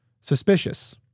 suspicious